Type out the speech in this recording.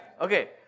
Okay